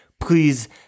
please